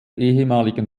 ehemaligen